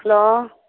hello